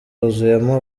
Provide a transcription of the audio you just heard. huzuyemo